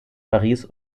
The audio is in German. paris